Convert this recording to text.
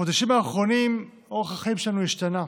בחודשים האחרונים אורח החיים שלנו השתנה,